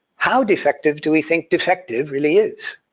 how defective do we think defective really is?